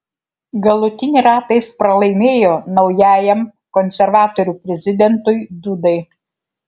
galutinį ratą jis pralaimėjo naujajam konservatorių prezidentui dudai